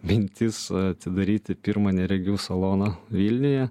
mintis atidaryti pirmą neregių saloną vilniuje